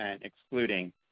excluding